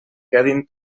quedin